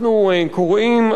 אנחנו קוראים,